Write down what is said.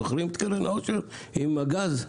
זוכרים את קרן העושר עם הגז?